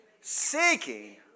seeking